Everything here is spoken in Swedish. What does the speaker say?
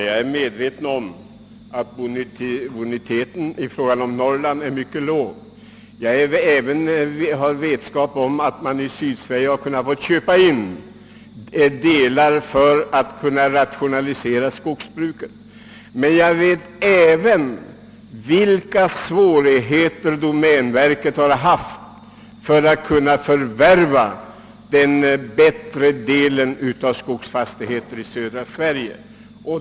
Herr talman! Ja, jag vet att boniteten är mycket låg i Norrland. Domänverket har kunnat köpa in skogsområden också i södra Sverige för att rationalisera sitt skogsbruk men jag känner också till vilka svårigheter domänverket haft att förvärva den bättre delen av skogsfastigheter där.